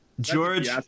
George